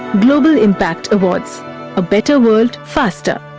global impact awards a better world, faster.